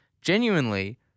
genuinely